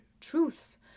truths